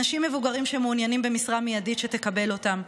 אנשים מבוגרים שמעוניינים במשרה מיידית שתקבל אותם,